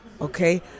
okay